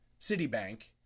Citibank